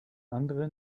andere